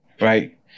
right